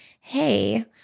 Hey